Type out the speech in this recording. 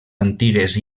antigues